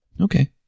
Okay